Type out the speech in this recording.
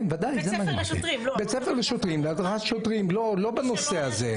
בית ספר להדרכת שוטרים, לא בנושא הזה.